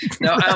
No